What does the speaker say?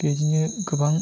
बेबायदिनो गोबां